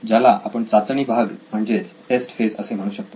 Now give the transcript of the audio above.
ज्याला आपण चाचणी भाग म्हणजेच टेस्ट फेज असे म्हणू शकतो